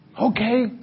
okay